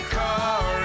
car